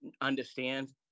understand